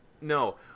no